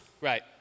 Right